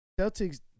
Celtics